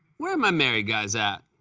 where are my married guys at?